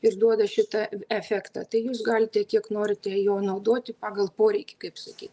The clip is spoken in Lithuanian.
ir duoda šitą efektą tai jūs galite kiek norite jo naudoti pagal poreikį kaip sakyt